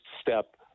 step